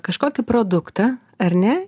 kažkokį produktą ar ne